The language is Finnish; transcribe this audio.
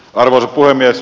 arvoisa puhemies